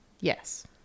yes